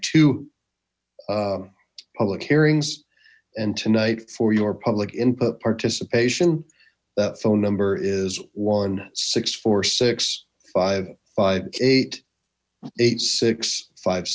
two public hearings and tonight for your public input participation that phone number is one six four six five five eight eight six five